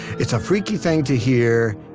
it's a freaky thing to hear,